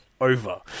over